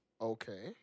Okay